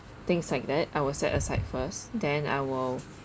things like that I will set aside first then I will